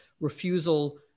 refusal